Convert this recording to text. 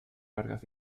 largas